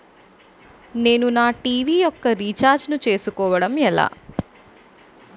నేను నా టీ.వీ యెక్క రీఛార్జ్ ను చేసుకోవడం ఎలా?